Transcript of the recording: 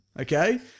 okay